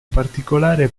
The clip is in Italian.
particolare